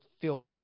feel